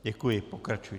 Děkuji, pokračujte.